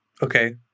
okay